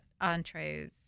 entrees